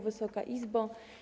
Wysoka Izbo!